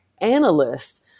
analyst